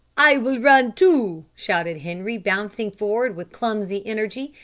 i will run too, shouted henri, bouncing forward with clumsy energy,